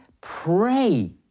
pray